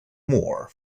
more